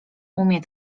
umie